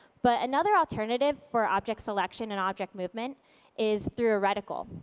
but another alternative for object selection and object movement is through a redicle.